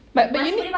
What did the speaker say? but uni